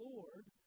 Lord